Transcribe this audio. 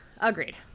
Agreed